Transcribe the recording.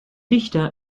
dichter